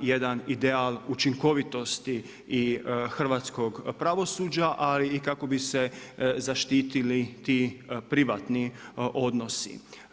jedan ideal učinkovitosti i hrvatskog pravosuđa, a i kako bi se zaštitili ti privatni odnosi.